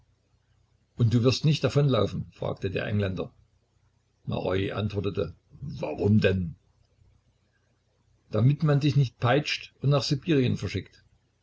und du wirst nicht davonlaufen fragte der engländer maroi antwortete warum denn damit man dich nicht peitscht und nach sibirien verschickt